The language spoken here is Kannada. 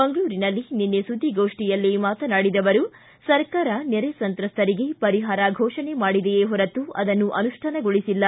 ಮಂಗಳೂರಿನಲ್ಲಿ ನಿನ್ನೆ ಸುದ್ದಿಗೋಷ್ಟಿಯಲ್ಲಿ ಮಾತನಾಡಿದ ಅವರು ಸರಕಾರ ನೆರೆ ಸಂತ್ರಸ್ತರಿಗೆ ಪರಿಹಾರ ಫೋಷಣೆ ಮಾಡಿದೆಯೇ ಹೊರತು ಅದನ್ನು ಅನುಷ್ಟಾನಗೊಳಿಸಿಲ್ಲ